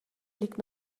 liegt